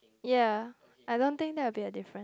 ya I don't think that will be the different